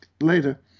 later